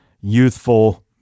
youthful